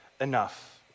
enough